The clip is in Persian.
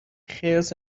خرس